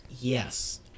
Yes